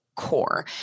Core